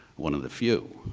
one of the few.